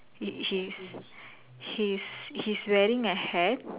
he's he's he's wearing a hat